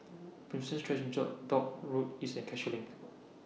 Prinsep Street Church Dock Road East and Cashew LINK